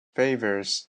favors